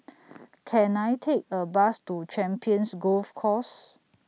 Can I Take A Bus to Champions Golf Course